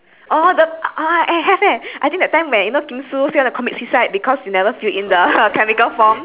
oh the oh ah eh have I think that time where you know kim sue say wanna commit suicide because you never fill in the chemical form